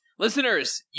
Listeners